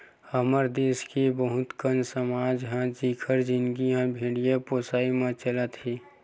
हमर देस के बहुत कन समाज हे जिखर जिनगी ह भेड़िया पोसई म चलत हे